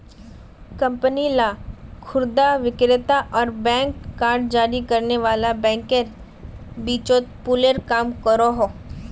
company ला खुदरा विक्रेता आर बैंक कार्ड जारी करने वाला बैंकेर बीचोत पूलेर काम करोहो